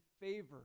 favor